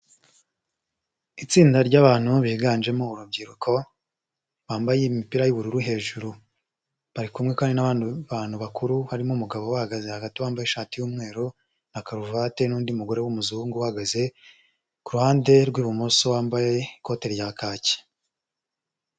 Itsinda ry'abantu biganjemo urubyiruko, bambaye imipira y'ubururu hejuru. Bari kumwe kandi n'abandi bantu bakuru, harimo umugabo ubahagaze hagati wambaye ishati y'umweru na karuvati, n'undi mugore w'umuzungu uhagaze ku ruhande rw'ibumoso, wambaye ikote rya kaki.